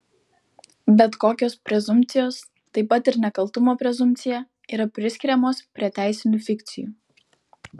bet kokios prezumpcijos taip pat ir nekaltumo prezumpcija yra priskiriamos prie teisinių fikcijų